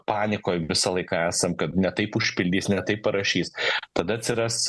panikoj visą laiką esam kad ne taip užpildys ne taip parašys tada atsiras